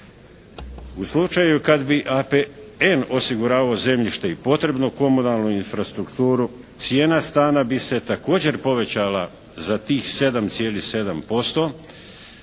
U slučaju kad bi APN osiguravao zemljište i potrebnu komunalnu infrastrukturu cijena stana bi se također povećala za tih 7,7%